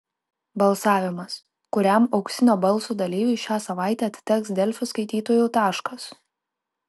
balsavimas kuriam auksinio balso dalyviui šią savaitę atiteks delfi skaitytojų taškas